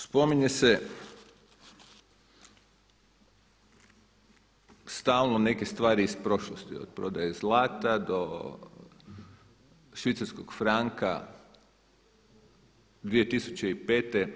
Spominje se stalno neke stvari iz prošlosti, od prodaje zlata do švicarskog franka 2005.